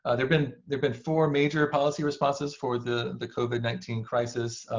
ah there've been there've been four major policy responses for the the covid nineteen crisis,